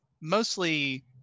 mostly